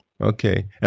Okay